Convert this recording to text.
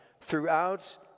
throughout